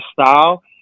style